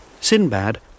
Sinbad